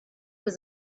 was